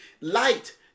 light